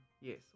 Yes